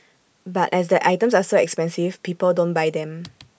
but as the items are so expensive people don't buy them